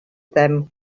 them